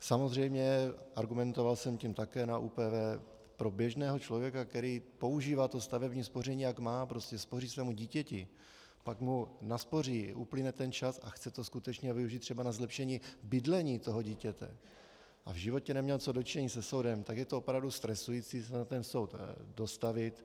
Samozřejmě, argumentoval jsem tím také na ÚPV, pro běžného člověka, který používá stavební spoření, jak má, spoří svému dítěti, pak mu naspoří, uplyne ten čas a chce to skutečně využít třeba na zlepšení bydlení dítěte a v životě neměl co do činění se soudem, tak je to opravdu stresující se na soud dostavit.